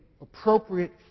appropriate